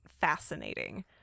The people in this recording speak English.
fascinating